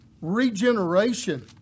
regeneration